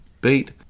beat